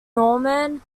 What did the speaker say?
norman